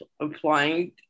applying